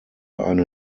eine